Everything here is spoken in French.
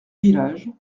village